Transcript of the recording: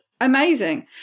amazing